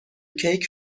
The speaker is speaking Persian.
کیک